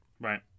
Right